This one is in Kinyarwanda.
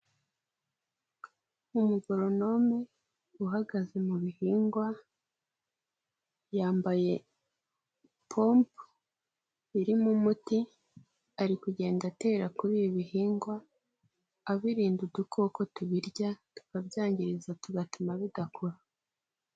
Umugoronome uhagaze mu bihingwa, yambaye pompo irimo umuti ari kugenda atera kuri ibi bihingwa, abirinda udukoko tubirya tukabyangizariza tugatuma bidakura.